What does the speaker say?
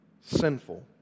sinful